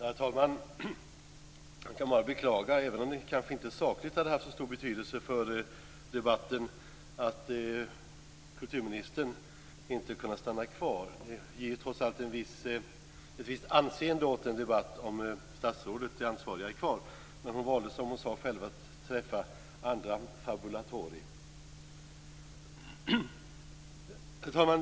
Herr talman! Jag kan bara beklaga, även om det sakligt inte hade haft så stor betydelse för debatten, att kulturministern inte kunde stanna kvar. Det ger trots allt ett viss anseende åt en debatt om det ansvariga statsrådet är kvar. Men hon valde, som hon sade själv, att träffa andra fabulatori. Herr talman!